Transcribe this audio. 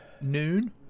noon